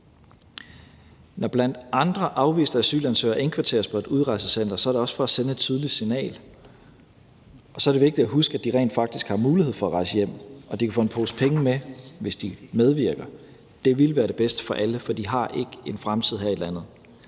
Når bl.a. afviste asylansøgere indkvarteres på et udrejsecenter, er det også for at sende et tydeligt signal, og så er det vigtigt at huske, at de rent faktisk har mulighed for at rejse hjem, og at de kan få en pose penge med, hvis de medvirker. Det ville være det bedste for alle, for de har ikke en fremtid her i landet.